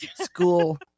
school